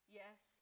yes